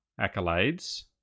accolades